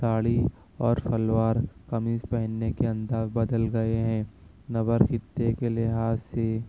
ساڑی اور شلوار قمیص پہننے کے انداز بدل گئے ہیں نور خطے کے لحاظ سے